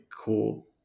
cool